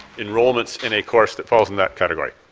enrollments in a course that falls in that category